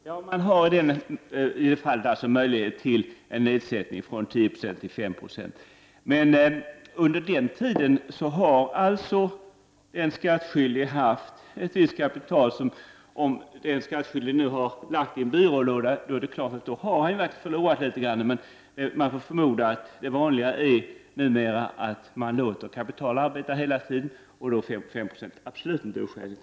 Herr talman! Man har i det fallet möjlighet till nedsättning från 10 9 till 5 70, men under den tiden har alltså den skattskyldige haft ett visst kapital. Om den skattskyldige lagt det i en byrålåda är det klart att han verkligen har förlorat litet grand. Men man får förmoda att man nu för tiden låter kapitalet arbeta, och då är 5 20 absolut inte oskäligt.